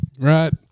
Right